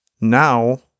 Now